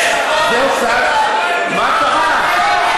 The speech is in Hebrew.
מה קרה?